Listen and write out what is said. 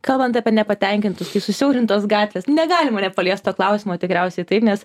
kalbant apie nepatenkintus tai susiaurintos gatvės negalima nepaliest to klausimo tikriausiai taip nes